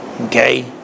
okay